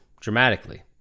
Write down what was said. dramatically